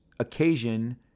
occasion